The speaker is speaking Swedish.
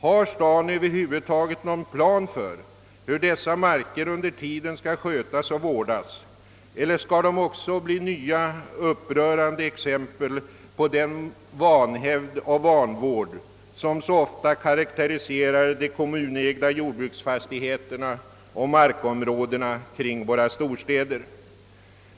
Har staden över huvud taget någon plan för hur dessa marker under tiden skall skötas och vårdas, eller skall de bli nya, upprörande exempel på den vanhävd och vanvård som så ofta karakteriserar de kommunägda jordbruksfastigheterna och markområdena kring våra storstäder?